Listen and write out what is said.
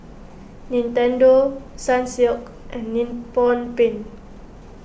Nintendo Sunsilk and Nippon Paint